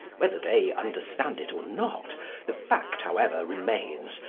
whether they understand it or not the fact however remains,